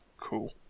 cool